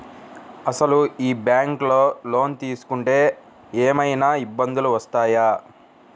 అసలు ఈ బ్యాంక్లో లోన్ తీసుకుంటే ఏమయినా ఇబ్బందులు వస్తాయా?